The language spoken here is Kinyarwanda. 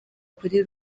kuri